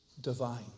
divine